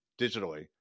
digitally